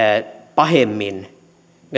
pahemmin